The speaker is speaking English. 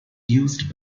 used